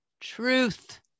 truth